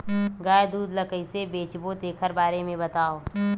गाय दूध ल कइसे बेचबो तेखर बारे में बताओ?